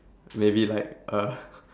maybe like uh